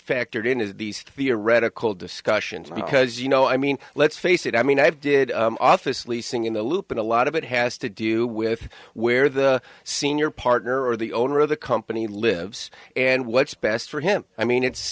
factored in as these theoretical discussions because you know i mean let's face it i mean i did office leasing in the loop and a lot of it has to do with where the senior partner or the owner of the company lives and what's best for him i mean it's